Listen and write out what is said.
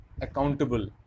accountable